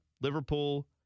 Liverpool